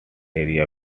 area